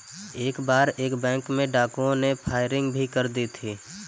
एक बार एक बैंक में डाकुओं ने फायरिंग भी कर दी थी